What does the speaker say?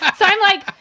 so i'm like,